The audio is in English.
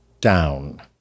down